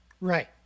Right